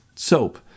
Soap